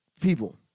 people